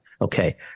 Okay